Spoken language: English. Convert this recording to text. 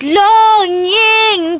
longing